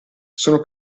sono